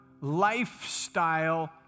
lifestyle